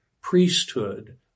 priesthood